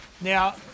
Now